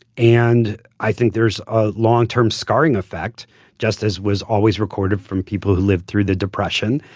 and i think there's a long-term scarring effect just as was always recorded from people who lived through the depression,